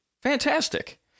Fantastic